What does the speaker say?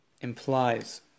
implies